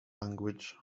language